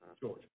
George